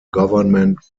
government